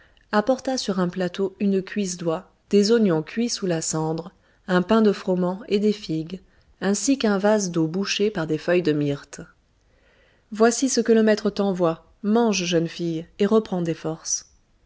apporta sur un plateau une cuisse d'oie des oignons cuits sous la cendre un pain de froment et des figues ainsi qu'un vase d'eau bouché par des feuilles de myrte voici ce que le maître t'envoie mange jeune fille et reprends des forces